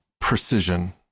precision